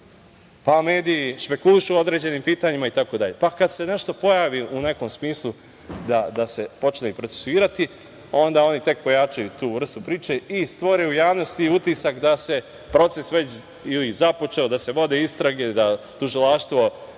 pa mediji spekulišu o određenim pitanjima, itd. Pa kad se nešto pojavi u nekom smislu da se počne i procesuirati, onda oni tek pojačaju tu vrstu priče i stvore u javnosti utisak da se proces već ili započeo, ili vode istrage, da je tužilaštvo